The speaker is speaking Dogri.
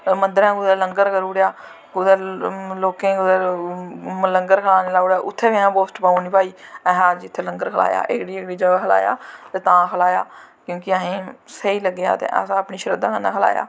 मन्दरैं कुदै लंगर करी ओड़ेआ कुदै लोकें कुदै लंगर खाने लाई ओड़ेआ उत्थें बी असैं पोस्ट पाई ओड़नी भाई असैं अज्ज इत्थे लंगर खलाया एह्कड़ी जगह खलाया तां खलाया क्योंकि असें स्हेई लग्गेआ ते अपनी श्रद्धा कन्नै खलाया